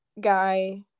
guy